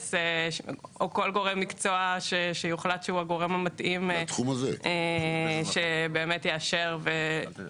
ממהנדס או כל גורם מקצוע שיוחלט שהוא הגורם המתאים לאשר את זה,